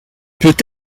peut